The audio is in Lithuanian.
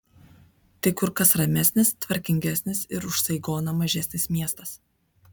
tai kur kas ramesnis tvarkingesnis ir už saigoną mažesnis miestas